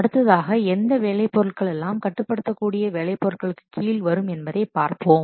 அடுத்ததாக எந்த வேலை பொருட்களெல்லாம் கட்டுப்படுத்தக்கூடிய வேலை பொருட்களுக்கு கீழ் வரும் என்பதை பார்ப்போம்